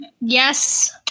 Yes